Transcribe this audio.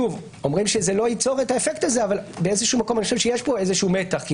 אומרים שזה לא ייצור את האפקט הזה אבל יש פה מתח כי